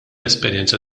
esperjenza